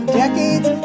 decades